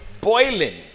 Boiling